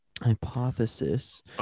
hypothesis